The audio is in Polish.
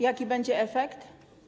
Jaki będzie efekt?